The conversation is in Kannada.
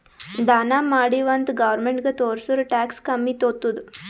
ದಾನಾ ಮಾಡಿವ್ ಅಂತ್ ಗೌರ್ಮೆಂಟ್ಗ ತೋರ್ಸುರ್ ಟ್ಯಾಕ್ಸ್ ಕಮ್ಮಿ ತೊತ್ತುದ್